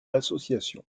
l’association